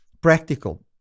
practical